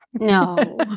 No